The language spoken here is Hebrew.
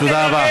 תודה רבה.